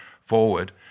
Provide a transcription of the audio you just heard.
forward